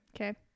okay